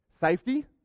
safety